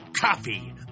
Coffee